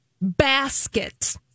Basket